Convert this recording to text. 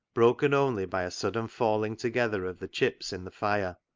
broken only by a sudden falling together of the chips in the fire.